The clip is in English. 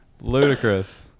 Ludicrous